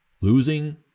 losing